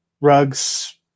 rugs